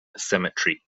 cemetery